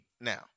now